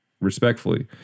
respectfully